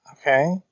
Okay